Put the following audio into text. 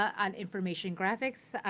on information graphics,